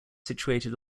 situated